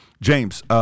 James